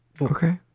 okay